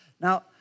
Now